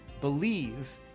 believe